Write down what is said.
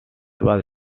was